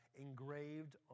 engraved